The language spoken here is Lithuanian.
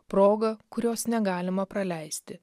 progą kurios negalima praleisti